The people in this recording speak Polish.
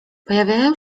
pojawiają